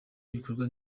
igikorwa